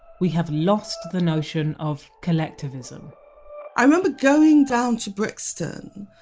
we have lost the notion of collectivism i remember going down to brixton,